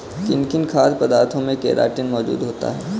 किन किन खाद्य पदार्थों में केराटिन मोजूद होता है?